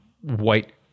white